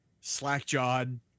slack-jawed